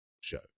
Show